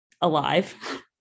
alive